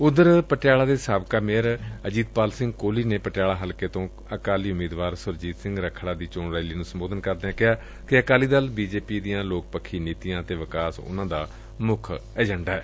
ਉਧਰ ਪਟਿਆਲਾ ਦੇ ਸਾਬਕਾ ਮੇਅਰ ਅਜੀਤਪਾਲ ਸਿੰਘ ਕੋਹਲੀ ਨੇ ਪਟਿਆਲਾ ਹਲਕੇ ਤੋਂ ਅਕਾਲੀ ਉਮੀਦਵਾਰ ਸੁਰਜੀਤ ਸਿੰਘ ਰੱਖੜਾ ਦੀ ਚੋਣ ਰੈਲੀ ਨੂੰ ਸੰਬੋਧਨ ਕਰਦਿਆਂ ਕਿਹਾ ਕਿ ਅਕਾਲੀ ਦਲ ਅਤੇ ਬੀ ਜੇ ਪੀ ਦੀਆਂ ਲੋਕ ਪੱਖੀ ਨੀਤੀਆਂ ਅਤੇ ਵਿਕਾਸ ਉਨਾਂ ਦਾ ਮੁੱਖ ਏਜੰਡਾ ਏ